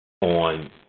on